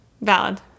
valid